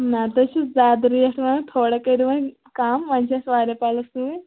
نہ تُہۍ چھُو زیادٕ ریٹ وَنان تھوڑا کٔرِو وۄنۍ کَم وۄںۍ چھِ اَسہِ واریاہ پَلو سُوٕنۍ